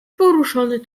poruszony